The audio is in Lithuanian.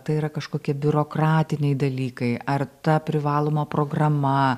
tai yra kažkokie biurokratiniai dalykai ar ta privaloma programa